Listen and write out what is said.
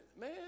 Man